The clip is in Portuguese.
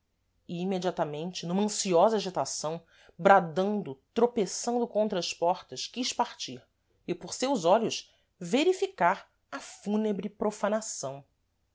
imediatamente numa ansiosa agitação bradando tropeçando contra as portas quis partir e por seus olhos verificar a fúnebre profanação